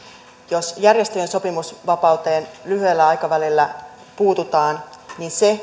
jos järjestöjen sopimusvapauteen lyhyellä aikavälillä puututaan niin se